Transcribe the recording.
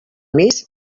més